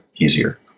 easier